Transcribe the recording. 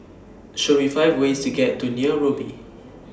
Show Me five ways to get to Nairobi